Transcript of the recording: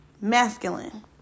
masculine